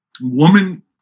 Woman